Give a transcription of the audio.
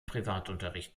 privatunterricht